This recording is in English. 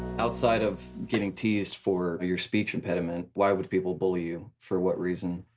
outside of getting teased for your speech impediment, why would people bully you? for what reason?